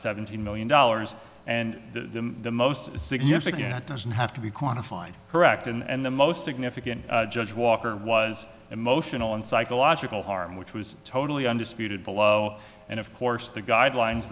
seventeen million dollars and the most significant that doesn't have to be quantified correct and the most significant judge walker was emotional and psychological harm which was totally undisputed below and of course the guidelines